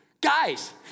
Guys